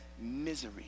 misery